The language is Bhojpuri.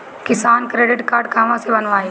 किसान क्रडिट कार्ड कहवा से बनवाई?